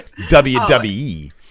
wwe